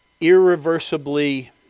irreversibly